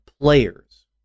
players